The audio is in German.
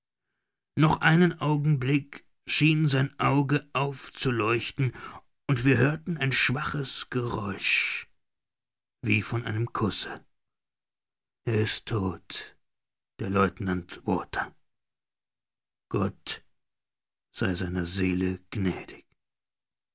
noch einen augenblick schien sein auge aufzuleuchten und wir hörten ein schwaches geräusch wie von einem kusse er ist todt der lieutenant walter gott sei seiner seele gnädig